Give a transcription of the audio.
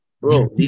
bro